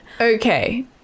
Okay